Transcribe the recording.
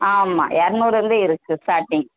ஆமாம் இரநூறுந்தே இருக்குது ஸ்டார்டிங்